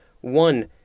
One